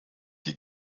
die